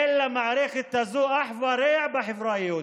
אין למערכת הזאת אח ורע בחברה היהודית.